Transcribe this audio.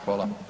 Hvala.